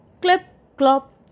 clip-clop